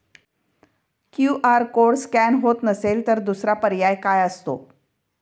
QR code scan होत नसेल तर दुसरा पर्याय काय असतो?